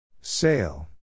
Sail